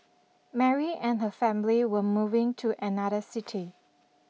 Mary and her family were moving to another city